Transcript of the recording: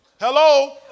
Hello